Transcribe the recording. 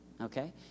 Okay